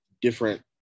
different